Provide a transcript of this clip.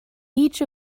each